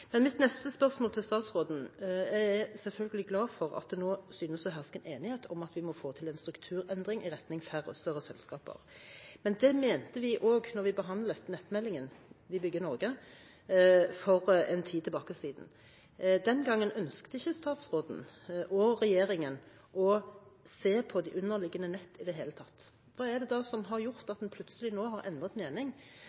Men jeg går til mitt neste spørsmål til statsråden. Jeg er selvfølgelig glad for at det nå synes å herske enighet om at vi må få til en strukturendring i retning av færre og større selskaper. Men det mente vi også da vi behandlet nettmeldingen Vi bygger Norge for en tid tilbake. Den gangen ønsket ikke statsråden og regjeringen å se på de underliggende nett i det hele tatt. Hva er det da som har gjort